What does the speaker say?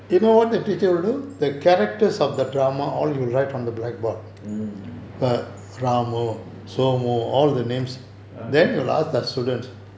mm okay